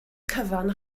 cyfan